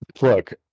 Look